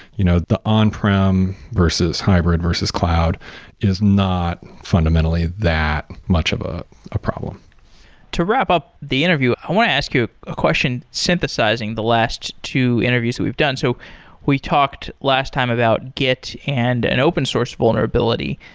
you know the on-prem versus hybrid, versus cloud is not fundamentally that much of ah a problem to wrap-up the interview, i want to ask you a question synthesizing the last two interviews we've done. so we talked last time about git and an open source vulnerability.